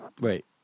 Wait